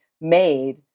made